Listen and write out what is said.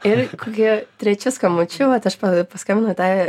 ir kokiu trečiu skambučiu vat aš pa paskambinau į tą